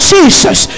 Jesus